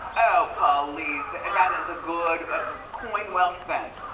oh, please, that and that that is a good ah coin well spent.